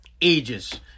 ages